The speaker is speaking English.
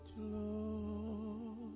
Lord